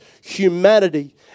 Humanity